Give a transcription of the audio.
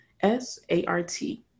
S-A-R-T